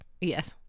Yes